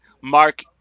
Mark